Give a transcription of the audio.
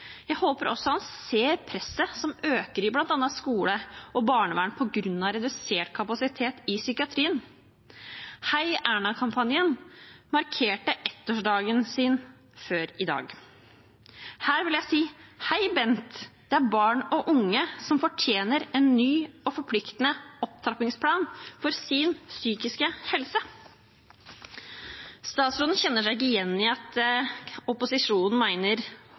Jeg håper også han ser presset som øker i bl.a. skole og barnevern på grunn av redusert kapasitet i psykiatrien. Heierna-kampanjen markerte ettårsdagen sin før i dag. Her vil jeg si: Hei Bent, det er barn og unge som fortjener en ny og forpliktende opptrappingsplan for sin psykiske helse. Statsråden kjenner seg ikke igjen i at vi i opposisjonen